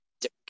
dick